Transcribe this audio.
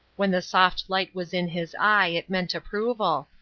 when the soft light was in his eye it meant approval,